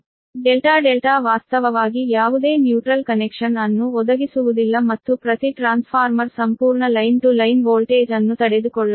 delta delta ವಾಸ್ತವವಾಗಿ ಯಾವುದೇ neutral connection ಅನ್ನು ಒದಗಿಸುವುದಿಲ್ಲ ಮತ್ತು ಪ್ರತಿ ಟ್ರಾನ್ಸ್ಫಾರ್ಮರ್ ಸಂಪೂರ್ಣ ಲೈನ್ ಟು ಲೈನ್ ವೋಲ್ಟೇಜ್ ಅನ್ನು ತಡೆದುಕೊಳ್ಳಬೇಕು